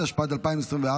התשפ"ד 2024,